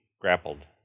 grappled